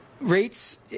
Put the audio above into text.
rates